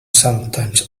sometimes